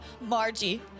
Margie